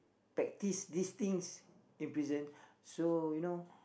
practice this things in prison so you know